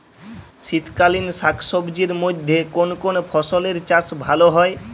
শীতকালীন শাকসবজির মধ্যে কোন কোন ফসলের চাষ ভালো হয়?